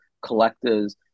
collectors